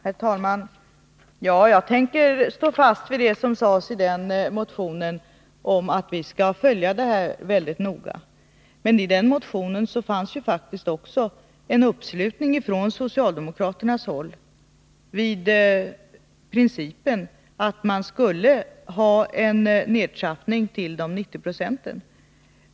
Herr talman! Jag tänker stå fast vid det som sades i motionen om att vi skall följa det här väldigt noga. Men i den motionen fanns faktiskt också en uppslutning ifrån socialdemokraternas håll till principen att man skulle ha en nedtrappning till de 90 procenten.